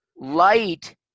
Light